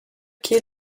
quais